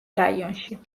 რაიონში